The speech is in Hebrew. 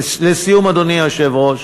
לסיום, אדוני היושב-ראש,